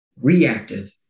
reactive